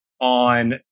on